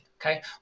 Okay